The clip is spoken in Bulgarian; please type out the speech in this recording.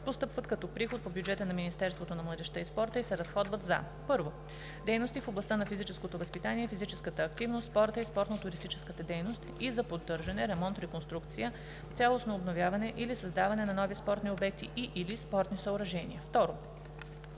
постъпват като приход по бюджета на Министерството на младежта и спорта и се разходват за: 1. дейности в областта на физическото възпитание, физическата активност, спорта и спортно-туристическата дейност и за поддържане, ремонт, реконструкция, цялостно обновяване или създаване на нови спортни обекти и/или спортни съоръжения; 2.